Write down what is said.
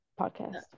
podcast